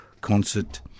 concert